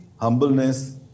humbleness